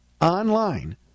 online